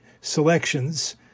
selections